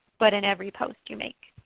but in every post you make.